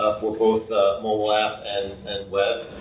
for both ah mobile app and and web,